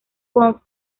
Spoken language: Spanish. pons